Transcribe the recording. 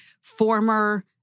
former